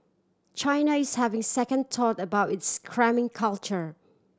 China is having second thought about its cramming culture